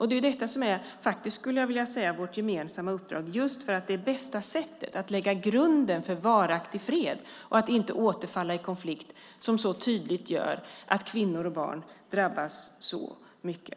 Det är detta som är vårt gemensamma uppdrag, just därför att det är bästa sättet att lägga grunden för varaktig fred och att inte återfalla i konflikt, som så tydligt gör att kvinnor och barn drabbas så hårt.